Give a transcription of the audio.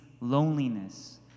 loneliness